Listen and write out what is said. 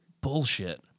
bullshit